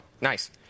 nice